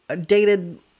dated